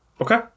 Okay